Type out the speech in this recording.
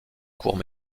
courts